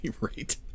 right